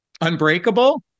unbreakable